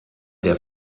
der